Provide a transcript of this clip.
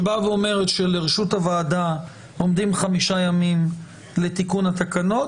שאומר שלרשות הוועדה עומדים חמישה ימים לתיקון התקנות,